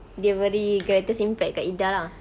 dia beri greatest impact dekat ida lah